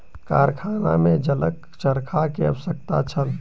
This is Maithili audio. कारखाना में जलक चरखा के आवश्यकता छल